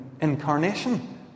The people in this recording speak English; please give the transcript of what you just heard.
incarnation